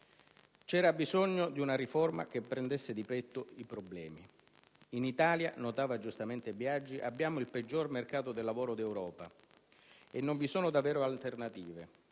C'era bisogno di una riforma che prendesse di petto i problemi. «In Italia» - notava giustamente Biagi - «abbiamo il peggior mercato del lavoro d'Europa» e «non vi sono davvero alternative.